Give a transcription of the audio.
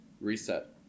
Reset